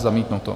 Zamítnuto.